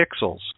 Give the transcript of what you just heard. pixels